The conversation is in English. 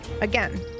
Again